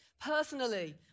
Personally